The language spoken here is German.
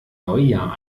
neujahr